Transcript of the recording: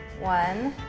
one,